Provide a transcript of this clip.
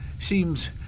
Seems